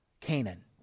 Canaan